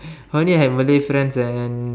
I only have Malay friends and